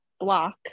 block